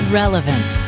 relevant